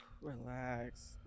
Relax